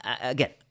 again